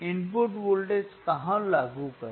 input voltage कहां लागू करें